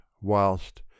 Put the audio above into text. whilst